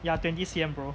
ya twenty C_M bro